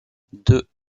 deux